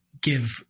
give